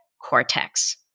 cortex